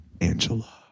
Angela